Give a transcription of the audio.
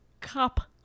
cop